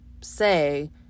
say